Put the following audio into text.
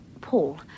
Paul